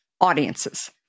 audiences